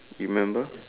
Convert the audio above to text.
remember